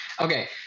okay